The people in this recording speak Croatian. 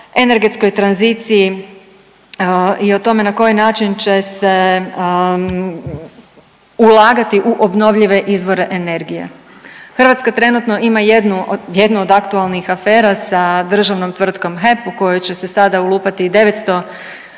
energetskoj tranziciji i o tome na koji način će se ulagati u obnovljive izvore energije. Hrvatska trenutno ima jednu od, jednu od aktualnih afera sa državnom tvrtkom HEP u koju će se sada ulupati 900